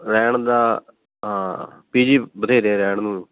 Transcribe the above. ਰਹਿਣ ਦਾ ਤਾਂ ਪੀਜੀ ਬਥੇਰੇ ਰਹਿਣ ਨੂੰ